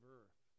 earth